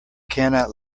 cannot